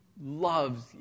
loves